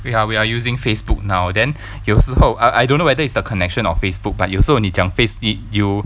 we are we are using Facebook now then 有时候 I I don't know whether it's the connection or Facebook but 有时候你讲 Face yo~ you